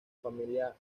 familia